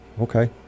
Okay